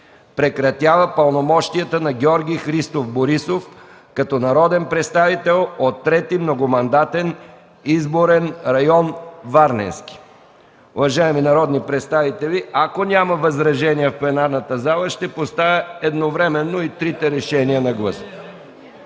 Прекратява пълномощията на Георги Христов Борисов като народен представител от 3. многомандатен изборен район – Варненски.“ Уважаеми народни представители, ако няма възражения в пленарната зала, ще поставя едновременно и трите решения на гласуване.